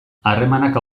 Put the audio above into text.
harremanak